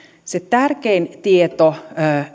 se tärkein tieto